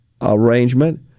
arrangement